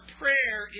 prayer